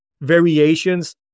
variations